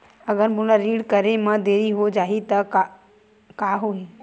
अगर मोला ऋण करे म देरी हो जाहि त का होही?